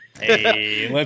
Hey